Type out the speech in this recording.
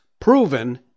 proven